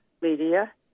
media